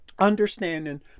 Understanding